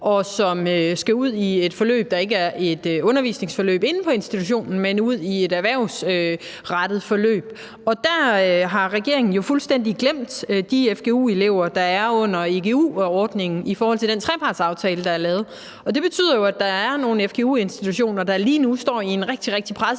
og som skal ud i et forløb, der ikke er et undervisningsforløb på institutionen, men ude i et erhvervsrettet forløb. Der har regeringen jo fuldstændig glemt de fgu-elever, der er under egu-ordningen i forhold til den trepartsaftale, der er lavet. Det betyder jo, at der er nogle fgu-institutioner, der lige nu står i en rigtig, rigtig presset